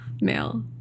male